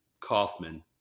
Kaufman